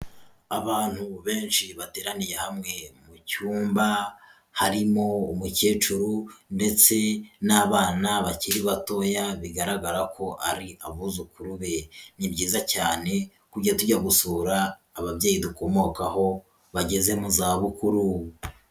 Abantu benshi bateraniye hamwe mu cyumba, harimo umukecuru ndetse n'abana bakiri batoya bigaragara ko ari abuzukuru be, ni byiza cyane kujya tujya gusura ababyeyi dukomokaho bageze mu zabukuru.